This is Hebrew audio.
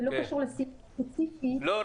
זה לא קשור לסעיף הספציפי --- לא.